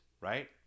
right